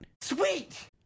Sweet